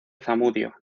zamudio